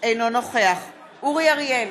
אינו נוכח אורי אריאל,